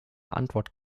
antwort